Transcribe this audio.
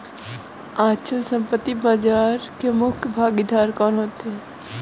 अचल संपत्ति बाजार के मुख्य भागीदार कौन होते हैं?